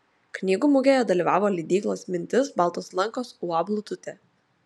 knygų mugėje dalyvavo leidyklos mintis baltos lankos uab lututė